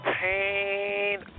pain